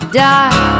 die